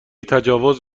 تجاوز